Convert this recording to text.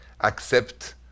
accept